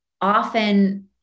often